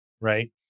Right